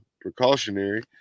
precautionary